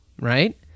Right